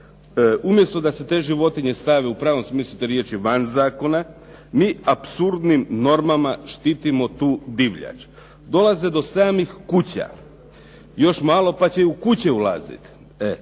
Umjesto da se te životinje stave u pravom smislu te riječi van zakona, mi apsurdnim normama štitimo tu divljač. Dolaze do samih kuća, još malo pa će i u kuće ulazit.